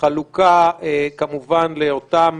בחלוקה כמובן לאותם